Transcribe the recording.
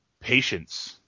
Patience